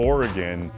Oregon